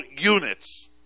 units